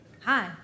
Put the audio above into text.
Hi